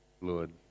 Lord